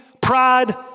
pride